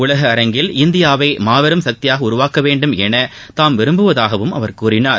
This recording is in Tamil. உலக அரங்கில் இந்தியாவை மாபெரும் சக்தியாக உருவாக்கவேண்டும் என தாம் விரும்புவதாகவும் அவர் கூறினார்